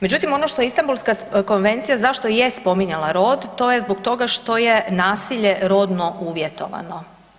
Međutim, ono što Istambulska konvencija zašto je spominjala rod to je zbog toga što je nasilje rodno uvjetovano.